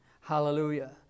Hallelujah